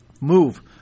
move